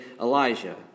Elijah